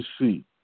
see